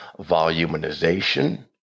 voluminization